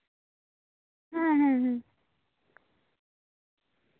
ᱦᱮᱸ ᱦᱮᱸ ᱦᱮᱸ